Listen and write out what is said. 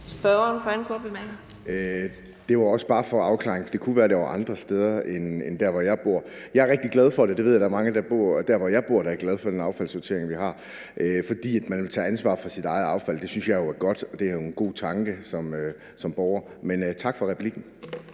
(S): Det var også bare for at få en afklaring, for det kunne være, at det var anderledes andre steder end der, hvor jeg bor. Jeg er rigtig glad for det. Jeg ved, at der er mange der, hvor jeg bor, der er glade for den affaldssortering, vi har, fordi de vil tage ansvar for deres eget affald. Det synes jeg er godt, og det er jo en god tanke. Men tak for replikken.